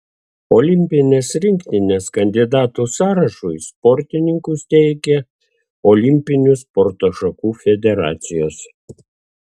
olimpinės rinktinės kandidatų sąrašui sportininkus teikia olimpinių sporto šakų federacijos